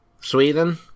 Sweden